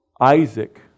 Isaac